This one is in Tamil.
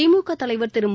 திமுக தலைவர் திரு மு